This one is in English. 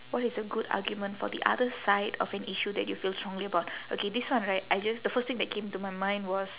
what is a good argument for the other side of an issue that you feel strongly about okay this one right I just the first thing that came to my mind was